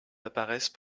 apparaissent